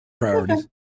priorities